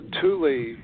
Thule